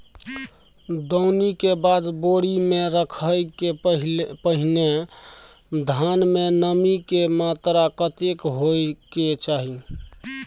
दौनी के बाद बोरी में रखय के पहिने धान में नमी के मात्रा कतेक होय के चाही?